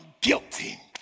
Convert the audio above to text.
guilty